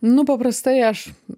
nu paprastai aš